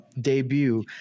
debut